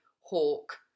hawk